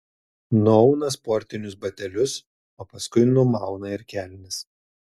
nuauna sportinius batelius o paskui numauna ir kelnes